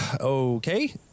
Okay